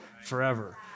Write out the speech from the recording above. forever